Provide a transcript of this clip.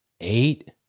eight